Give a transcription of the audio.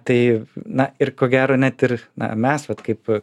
tai na ir ko gero net ir na mes vat kaip